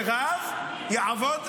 ורב יעבד צעיר".